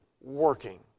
working